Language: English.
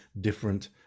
different